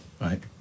Right